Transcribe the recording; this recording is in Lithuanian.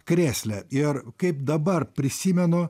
krėsle ir kaip dabar prisimenu